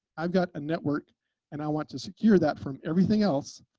i've got a network and i want to secure that from everything else.